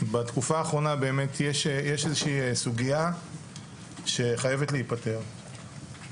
ובתקופה האחרונה באמת יש איזושהי סוגייה שחייבת להיפתר,